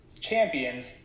champions